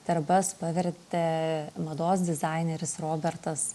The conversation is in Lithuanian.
terbas pavertė mados dizaineris robertas